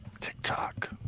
TikTok